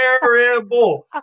terrible